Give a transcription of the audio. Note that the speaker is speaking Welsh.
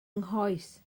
nghoes